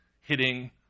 hitting